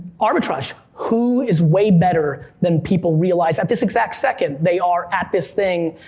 arbitrage, who is way better than people realize at this exact second, they are at this thing,